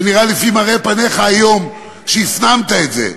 ונראה לפי מראה פניך היום שהפנמת את זה,